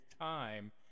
time